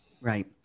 Right